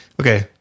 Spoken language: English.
Okay